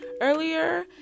earlier